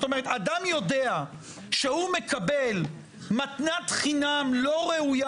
אדם יודע שהוא מקבל מתנת חינם לא ראויה